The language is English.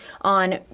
on